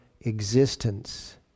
existence